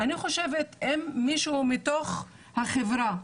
אני חושבת שאם מישהו מתוך החברה,